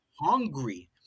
hungry